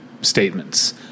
statements